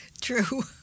true